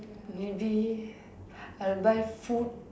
maybe I'll buy food